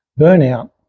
burnout